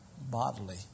bodily